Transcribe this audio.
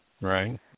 Right